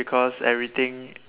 because everything